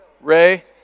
Ray